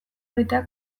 egitea